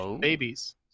babies